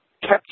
kept